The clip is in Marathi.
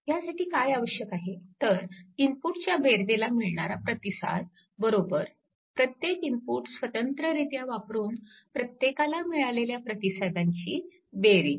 ह्यासाठी काय आवश्यक आहे तर इनपुटच्या बेरजेला मिळणारा प्रतिसाद बरोबर प्रत्येक इनपुट स्वतंत्ररित्या वापरून प्रत्येकाला मिळालेल्या प्रतिसादांची बेरीज